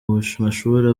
mashuri